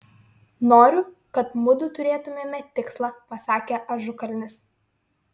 noriu kad mudu turėtumėme tikslą pasakė ažukalnis